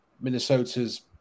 Minnesota's